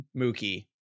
Mookie